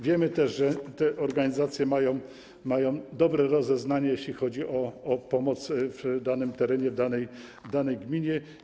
Wiemy też, że te organizacje mają dobre rozeznanie, jeśli chodzi o pomoc w danym terenie, w danej gminie.